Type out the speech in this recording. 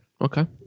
Okay